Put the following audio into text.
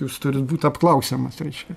jūs turit būt apklausiamas reiškia